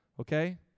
Okay